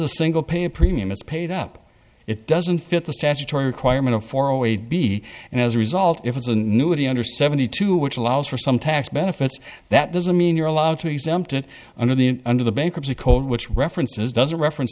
a single pay a premium is paid up it doesn't fit the statutory requirement for a weight b and as a result if it's a new t under seventy two which allows for some tax benefits that doesn't mean you're allowed to exempt it under the under the bankruptcy code which references doesn't reference